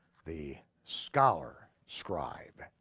the scholar scribe,